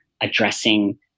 addressing